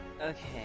Okay